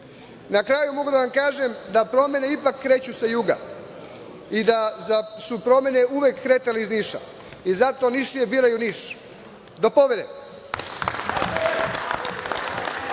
se. Na kraju mogu da vam kažem da promene ipak kreću sa juga i da su promene uvek kretale iz Niša. Zato Nišlije biraju Niš. Do pobede!